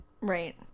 Right